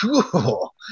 Cool